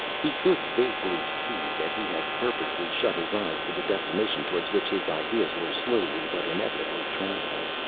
he could vaguely see that he had purposely shut his eyes to the destination towards which his ideas were slowly but inevitably traveling.